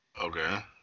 Okay